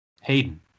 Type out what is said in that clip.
Hayden